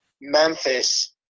Memphis